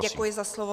Děkuji za slovo.